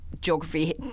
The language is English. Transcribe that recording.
geography